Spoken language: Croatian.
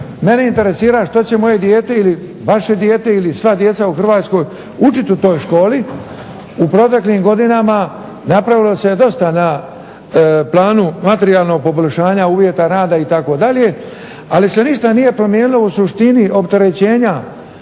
mene interesira što će moje dijete ili vaše dijete ili sva djeca u Hrvatskoj učiti u toj školi. U proteklim godinama napravilo se je dosta na planu materijalnog poboljšanja uvjeta rada itd., ali se ništa nije promijenilo u suštini opterećenja